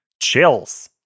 chills